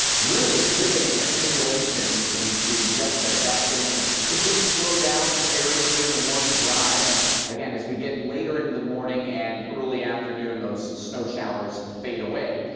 limiting accumulations into just a dusting. and it could slow down some areas during the morning drive. and again, as we get later into the morning and early afternoon, those snow showers fade away.